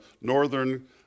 northern